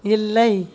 இல்லை